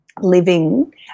living